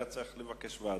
מציע אחר היה צריך לבקש ועדה.